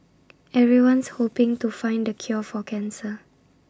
everyone's hoping to find the cure for cancer